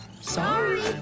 Sorry